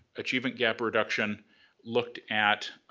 achievement gap reduction looked at,